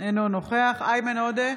אינו נוכח איימן עודה,